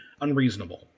unreasonable